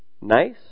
Nice